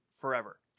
forever